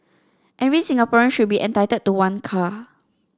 every Singaporean should be entitled to one car